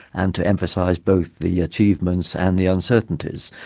and to emphasise both the achievements and the uncertainties,